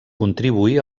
contribuí